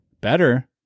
Better